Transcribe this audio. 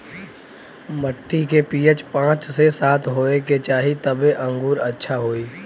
मट्टी के पी.एच पाँच से सात होये के चाही तबे अंगूर अच्छा होई